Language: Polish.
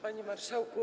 Panie Marszałku!